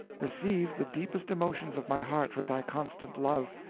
receive the deepest emotions of my heart for thy constant love,